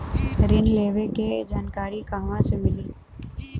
ऋण लेवे के जानकारी कहवा से मिली?